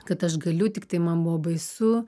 kad aš galiu tiktai man buvo baisu